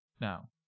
Now